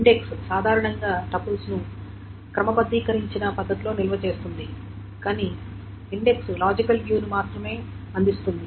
index సాధారణంగా టపుల్స్ను క్రమబద్ధీకరించిన పద్ధతిలో నిల్వ చేస్తుంది కానీ ఇండెక్స్ లాజికల్ వ్యూ ను మాత్రమే అందిస్తుంది